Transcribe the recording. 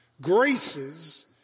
graces